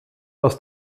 aus